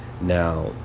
Now